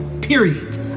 period